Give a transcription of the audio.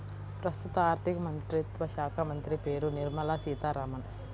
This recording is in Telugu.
ప్రస్తుత ఆర్థికమంత్రిత్వ శాఖామంత్రి పేరు నిర్మల సీతారామన్